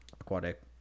aquatic